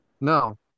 No